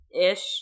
Ish